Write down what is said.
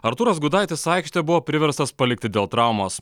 artūras gudaitis aikštę buvo priverstas palikti dėl traumos